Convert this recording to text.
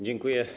Dziękuję.